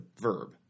verb